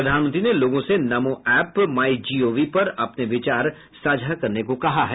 प्रधानमंत्री ने लोगों से नमो ऐप माइ जीओवी पर अपने विचार साझा करने को कहा है